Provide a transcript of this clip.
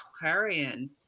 aquarian